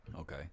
Okay